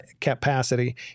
capacity